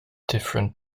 different